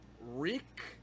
rick